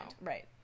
Right